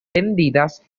vendidas